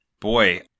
Boy